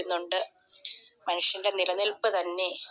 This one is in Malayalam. ന്നൊണ്ട് മനുഷ്യൻ്റെ നിലനിൽപ്പ് തന്നെ